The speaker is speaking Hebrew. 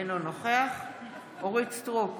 אינו נוכח אורית מלכה סטרוק,